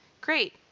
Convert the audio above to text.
Great